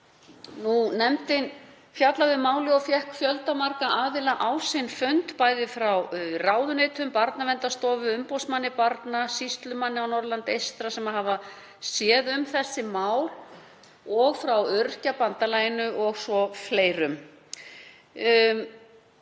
Nefndin fjallaði um málið og fékk fjöldamarga aðila á sinn fund, frá ráðuneytum, Barnaverndarstofu, umboðsmanni barna, sýslumanninum á Norðurlandi eystra, sem hafa séð um þessi mál, og frá Öryrkjabandalaginu og svo fleirum.